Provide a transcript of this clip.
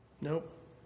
Nope